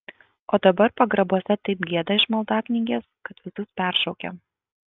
o dabar pagrabuose taip gieda iš maldaknygės kad visus peršaukia